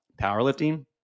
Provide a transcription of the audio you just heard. powerlifting